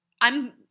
I'm-